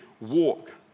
walk